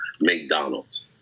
McDonald's